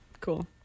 Cool